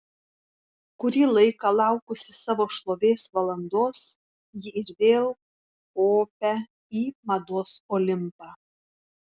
kurį laiką laukusi savo šlovės valandos ji ir vėl kopią į mados olimpą